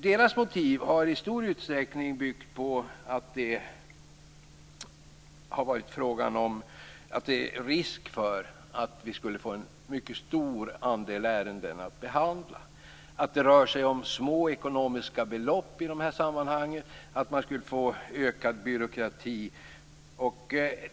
Deras motiv har i stor utsträckning byggt på att det har varit fråga om risk för att få en stor andel ärenden att behandla. Det skulle röra sig om små belopp i dessa sammanhang, och det skulle bli ökad byråkrati.